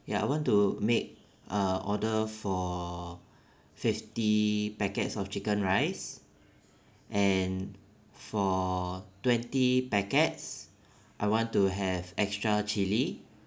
ya I want to make uh order for fifty packets of chicken rice and for twenty packets I want to have extra chili